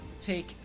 Take